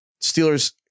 Steelers